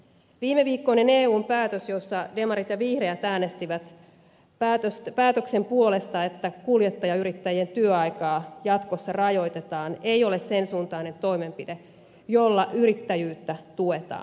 viimeviikkoinen eun päätös jossa demarit ja vihreät äänestivät päätöksen puolesta että kuljettajayrittäjien työaikaa jatkossa rajoitetaan ei ole sen suuntainen toimenpide jolla yrittäjyyttä tuetaan